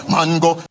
Mango